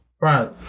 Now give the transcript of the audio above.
right